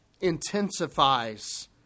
intensifies